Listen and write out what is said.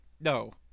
No